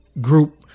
group